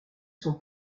son